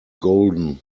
golden